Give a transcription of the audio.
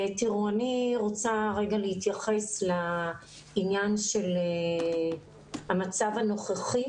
אני רוצה רגע להתייחס לעניין של המצב הנוכחי